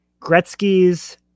Gretzky's